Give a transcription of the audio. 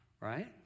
right